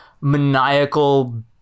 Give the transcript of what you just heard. maniacal